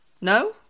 no